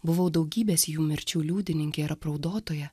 buvau daugybės jų mirčių liudininkė ir apraudotoja